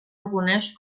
reconeix